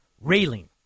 railing